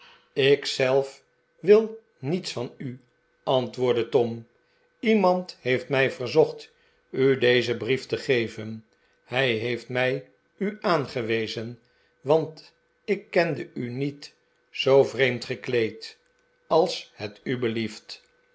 zelf wil niets van u antwoordde tom iemand heeft mij verzocht u dezen brief te geven hij heeft mij u aangewezen want ik kende u niet zoo vreemd gekleed als het u belieft